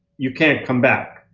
you can't come back.